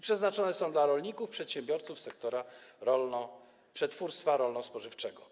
Przeznaczone są one dla rolników i przedsiębiorców sektora przetwórstwa rolno-spożywczego.